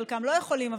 חלקם לא יכולים,